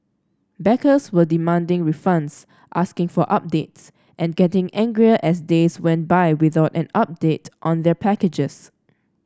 backers were demanding refunds asking for updates and getting angrier as days went by without an update on their packages